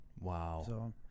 Wow